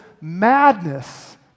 madness